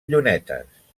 llunetes